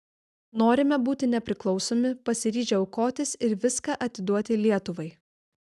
norime būti nepriklausomi pasiryžę aukotis ir viską atiduoti lietuvai